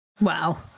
Wow